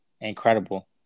incredible